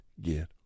get